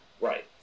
Right